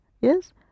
Yes